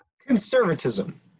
Conservatism